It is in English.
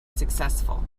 successful